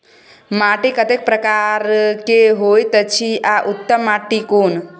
माटी कतेक प्रकार के होयत अछि आ उत्तम माटी कोन?